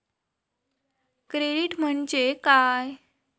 Credit म्हणजे काय?